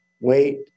wait